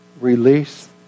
release